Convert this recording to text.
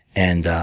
and